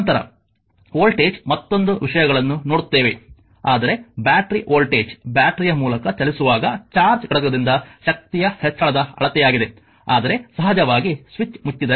ನಂತರ ವೋಲ್ಟೇಜ್ ಮತ್ತೊಂದು ವಿಷಯಗಳನ್ನು ನೋಡುತ್ತೇವೆ ಆದರೆ ಬ್ಯಾಟರಿ ವೋಲ್ಟೇಜ್ ಬ್ಯಾಟರಿಯ ಮೂಲಕ ಚಲಿಸುವಾಗ ಚಾರ್ಜ್ ಘಟಕದಿಂದ ಶಕ್ತಿಯ ಹೆಚ್ಚಳದ ಅಳತೆಯಾಗಿದೆ ಆದರೆ ಸಹಜವಾಗಿ ಸ್ವಿಚ್ ಮುಚ್ಚಿದ್ದರೆ